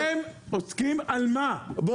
יום שלם עוסקים על מה שמגדלי הפטם.